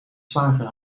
slager